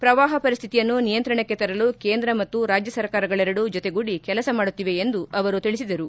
ಶ್ರವಾಹ ಪರಿಸ್ಥಿತಿಯನ್ನು ನಿಯಂತ್ರಣಕ್ಕೆ ತರಲು ಕೇಂದ್ರ ಮತ್ತು ರಾಜ್ಯ ಸರ್ಕಾರಗಳೆರಡು ಜೊತೆಗೂಡಿ ಕೆಲಸ ಮಾಡುತ್ತಿವೆ ಎಂದು ಅವರು ತಿಳಿಸಿದರು